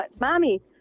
Mommy